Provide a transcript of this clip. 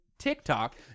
tiktok